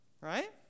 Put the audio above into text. Right